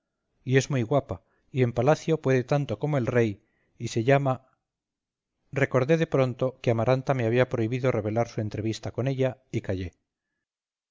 y es muy guapa y en palacio puede tanto como el rey y se llama recordé de pronto que amaranta me había prohibido revelar su entrevista con ella y callé